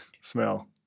smell